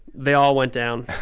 they all went down